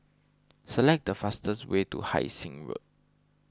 select the fastest way to Hai Sing Road